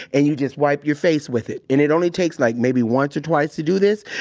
and you just wipe your face with it. and it only takes like maybe once or twice to do this,